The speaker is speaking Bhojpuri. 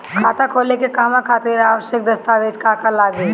खाता खोले के कहवा खातिर आवश्यक दस्तावेज का का लगी?